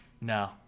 No